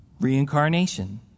Reincarnation